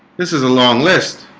this is a long list